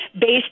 based